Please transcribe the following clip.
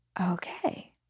okay